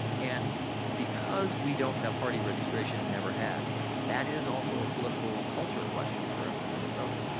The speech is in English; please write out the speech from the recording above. and because we don't have party registration and never have that is also a political culture question for us in minnesota.